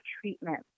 treatment